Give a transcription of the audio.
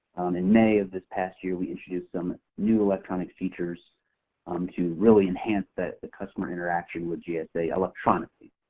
in may of this past year, we issued some new electronic features um to really enhance the the customer interaction with gsa electronically.